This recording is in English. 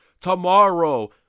tomorrow